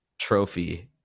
Trophy